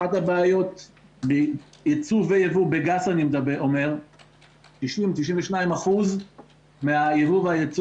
אחת הבעיות ביבוא ויצוא בגז 92-90% מהייבוא והייצוא